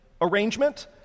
arrangement